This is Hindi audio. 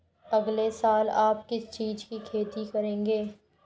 अगले साल आप किस चीज की खेती करेंगे?